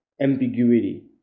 ambiguity